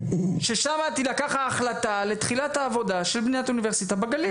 ששם תילקח ההחלטה לתחילת העבודה לבנית אוניברסיטה בגליל.